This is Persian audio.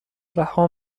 رها